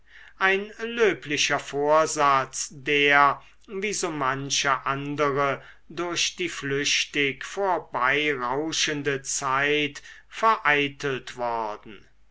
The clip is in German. ein löblicher vorsatz der wie so manche andere durch die flüchtig vorbeirauschende zeit vereitelt worden